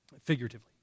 Figuratively